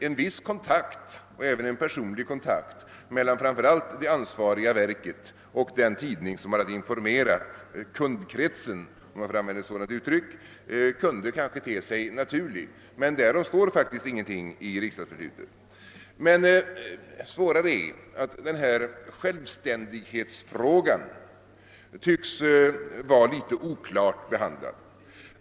En viss kontakt och även en personlig sådan mellan framför allt det ansvariga verket och den tidning som har att informera >kundkretsen> — om jag får använda ett sådant uttryck — kunde kanske te sig naturlig, men därom står ingenting i riksdagsbeslutet. Svårare är emellertid att denna självständighetsfråga tycks vara en smula oklart behandlad.